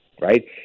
right